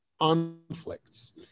conflicts